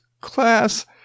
class